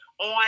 on